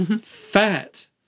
fat